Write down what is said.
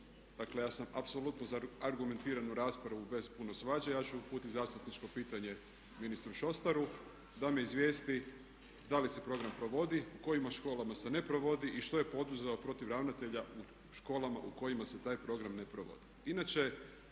Dakle, ja sam apsolutno za argumentiranu raspravu bez puno svađe. Ja ću uputit zastupničko pitanje ministru Šostaru da me izvijesti da li se program provodi, u kojim školama se ne provodi i što je poduzeo protiv ravnatelja u školama u kojima se taj program ne provodi.